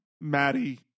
Maddie